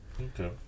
Okay